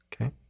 Okay